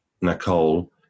Nicole